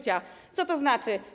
Co to znaczy?